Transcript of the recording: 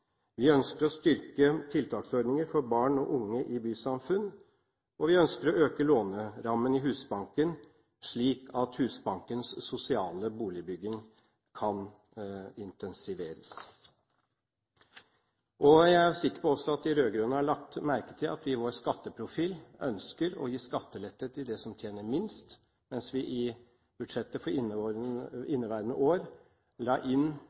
Vi ønsker å styrke tiltaksordninger for barn og unge i bysamfunn, og vi ønsker å øke lånerammene i Husbanken, slik at Husbankens sosiale boligbygging kan intensiveres. Jeg er sikker på at de rød-grønne også har lagt merke til at vi i vår skatteprofil ønsker å gi skattelette for dem som tjener minst, mens vi i budsjettet for inneværende år la inn